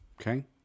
Okay